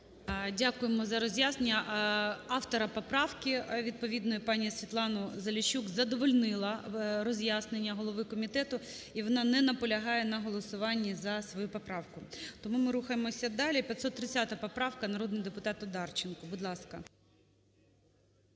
Дякуємо за роз'яснення. Автора поправки відповідної пані СвітлануЗаліщук задовольнило роз'яснення голови комітету, і вона не наполягає на голосуванні за свою поправку. Тому ми рухаємося далі. 530 поправка, народний депутатОдарченко. Будь ласка.